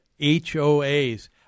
HOAs